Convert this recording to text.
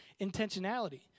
intentionality